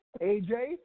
AJ